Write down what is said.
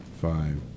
five